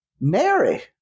Mary